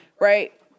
Right